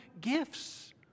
gifts